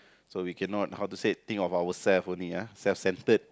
so we cannot how to say think of ourself only ah self-centered